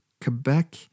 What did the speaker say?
Quebec